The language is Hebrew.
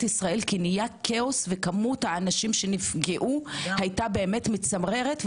ישראל כי נהיה כאוס וכמות האנשים שנפגעו היתה מצמררת באמת,